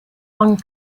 one